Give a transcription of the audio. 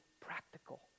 practical